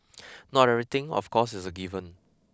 not everything of course is a given